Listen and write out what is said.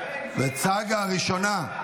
צגה הראשונה.